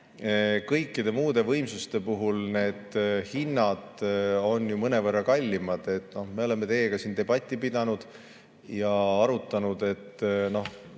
Kõikide muude võimsuste puhul need hinnad on ju mõnevõrra kallimad. Me oleme teiega siin debatti pidanud ja arutanud, kui